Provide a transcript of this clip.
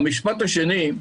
המשפט השני.